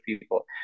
people